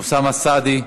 אוסאמה סעדי.